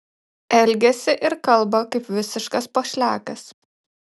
elgiasi ir kalba kaip visiškas pošliakas